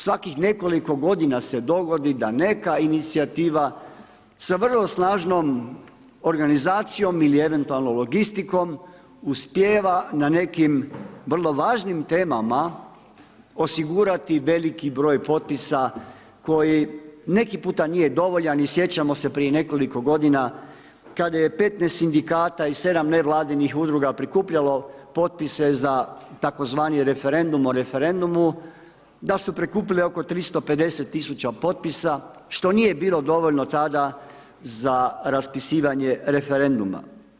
Svakih nekoliko godina se dogodi da neka inicijativa sa vrlo snažnom organizacijom ili eventualno logistikom uspjeha na nekim vrlo važnim temama, osigurati veliki broj potpisa, koji neki puta nije dovoljan i sjećamo se prije nekoliko godina, kada je 15 sindikata i 7 nevladinim udruga prikupljalo potpise za tzv. referendum o referendumu, da su prikupili oko 50000 potpisa, što nije bilo dovoljno tada za raspisivanje referenduma.